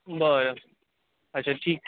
बरं अच्छा ठीक